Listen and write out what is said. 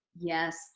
Yes